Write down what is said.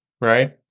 right